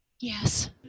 Yes